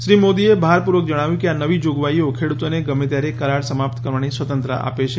શ્રી મોદીએ ભારપૂર્વક જણાવ્યું કે આ નવી જોગવાઈઓ ખેડૂતોને ગમે ત્યારે કરાર સમાપ્ત કરવાની સ્વતંત્રતા આપે છે